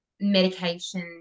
medication